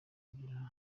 kugera